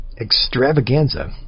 extravaganza